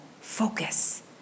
Focus